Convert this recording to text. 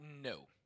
no